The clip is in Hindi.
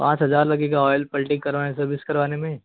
पाँच हजार लगेगा ऑइल पल्टी करवाने सर्विस करवाने में